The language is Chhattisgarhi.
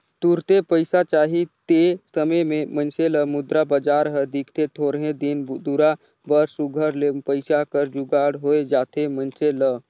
तुरते पइसा चाही ते समे में मइनसे ल मुद्रा बजार हर दिखथे थोरहें दिन दुरा बर सुग्घर ले पइसा कर जुगाड़ होए जाथे मइनसे ल